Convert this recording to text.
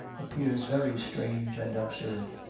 appears very strange and absurd.